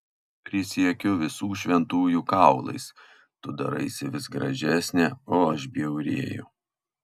prisiekiu visų šventųjų kaulais tu daraisi vis gražesnė o aš bjaurėju